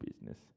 business